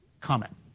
comment